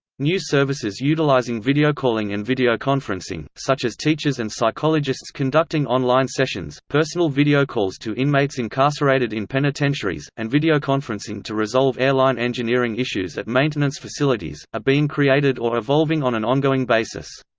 new services utilizing videocalling and videoconferencing, such as teachers and psychologists conducting online sessions, personal videocalls to inmates incarcerated in penitentiaries, and videoconferencing to resolve airline engineering issues at maintenance facilities, are being created or evolving on an ongoing basis.